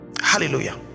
hallelujah